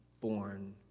born